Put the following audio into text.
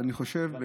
אני חושב,